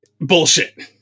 bullshit